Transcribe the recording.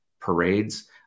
parades